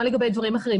מה לגבי דברים אחרים?